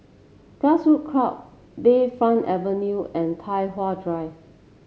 Grassroots Club Bayfront Avenue and Tai Hwan Drive